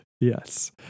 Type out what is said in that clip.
Yes